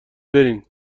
برین